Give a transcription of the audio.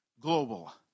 global